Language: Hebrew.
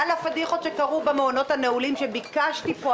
על הפדיחות שקרו במעונות הנעולים כשביקשתי פה,